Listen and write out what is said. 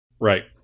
Right